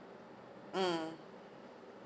mm